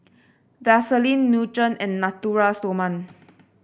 Vaselin Nutren and Natura Stoma